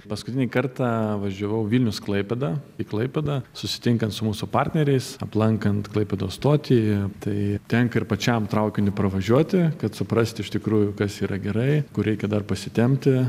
paskutinį kartą važiavau vilnius klaipėda į klaipėdą susitinkant su mūsų partneriais aplankant klaipėdos stotį tai tenka ir pačiam traukiniu pravažiuoti kad suprasti iš tikrųjų kas yra gerai kur reikia dar pasitempti